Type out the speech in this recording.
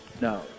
No